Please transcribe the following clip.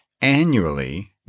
Annually